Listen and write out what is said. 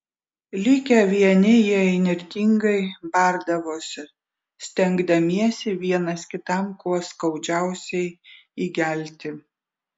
likę vieni jie įnirtingai bardavosi stengdamiesi vienas kitam kuo skaudžiausiai įgelti